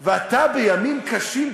ואתה, בימים קשים כאלה,